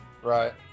Right